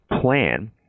plan